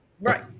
Right